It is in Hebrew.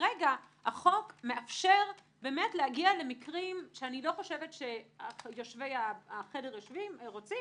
כרגע החוק מאפשר להגיע למקרים שאני לא חושבת שיושבי החדר רוצים,